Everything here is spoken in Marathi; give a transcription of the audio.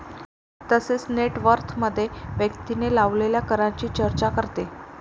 तसेच नेट वर्थमध्ये व्यक्तीने लावलेल्या करांची चर्चा करते